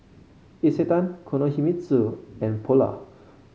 Isetan Kinohimitsu and Polar